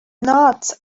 not